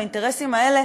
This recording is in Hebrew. והאינטרסים האלה,